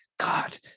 god